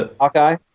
Hawkeye